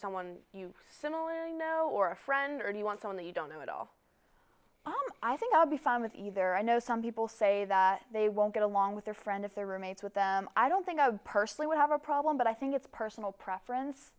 someone you similarly know or a friend or do you want on the you don't know at all i think i'll be fine with either i know some people say that they won't get along with their friend if they're roommates with them i don't think i've personally would have a problem but i think it's personal preference